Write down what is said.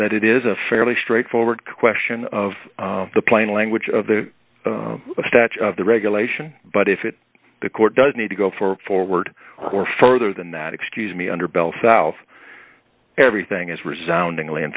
that it is a fairly straightforward question of the plain language of the statute of the regulation but if it the court does need to go for forward or further than that excuse me under bell south everything is resoundingly in